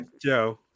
Joe